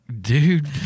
dude